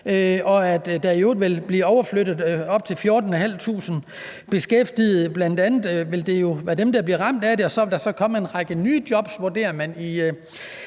og at der i øvrigt vil blive overflyttet op til 14.500 beskæftigede. Det vil bl.a. være dem, der bliver ramt af det, og så vil der så komme en række nye job, vurderer man, i